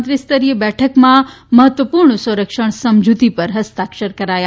મંત્રીસ્તરીય બેઠકમાં મહત્વપૂર્ણ સંરક્ષણ સમજ્રતી પર હસ્તાક્ષર કરાયા